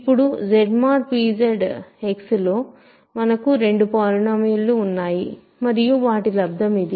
ఇప్పుడు Z mod p ZX లో మనకు రెండు పాలినోమియల్ లు ఉన్నాయి మరియు వాటి లబ్దం ఇది